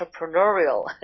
entrepreneurial